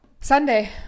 Sunday